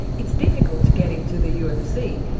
it's difficult to get into the ufc,